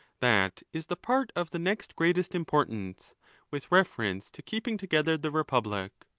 that is the part of the next greatest importance with reference to keep ing together the republic.